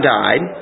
died